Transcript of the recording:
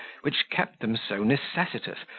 which kept them so necessitous,